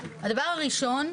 הדבר הראשון,